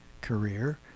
career